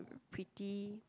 pretty